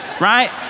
right